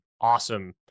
awesome